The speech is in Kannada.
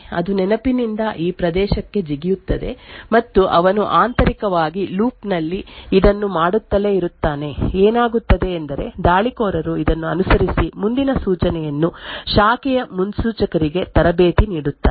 ಆದ್ದರಿಂದ ಇಲ್ಲಿ ಏನಾಗುತ್ತದೆ ಎಂದರೆ ದಾಳಿಕೋರನು ಪದೇ ಪದೇ ಈ ಪರೋಕ್ಷ ಶಾಖೆಗಳನ್ನು ಮಾಡುತ್ತಾನೆ ಅದು ನೆನಪಿನಿಂದ ಈ ಪ್ರದೇಶಕ್ಕೆ ಜಿಗಿಯುತ್ತದೆ ಮತ್ತು ಅವನು ಆಂತರಿಕವಾಗಿ ಲೂಪ್ ನಲ್ಲಿ ಇದನ್ನು ಮಾಡುತ್ತಲೇ ಇರುತ್ತಾನೆ ಏನಾಗುತ್ತದೆ ಎಂದರೆ ದಾಳಿಕೋರರು ಇದನ್ನು ಅನುಸರಿಸಿ ಮುಂದಿನ ಸೂಚನೆಯನ್ನು ಶಾಖೆಯ ಮುನ್ಸೂಚಕರಿಗೆ ತರಬೇತಿ ನೀಡುತ್ತಾರೆ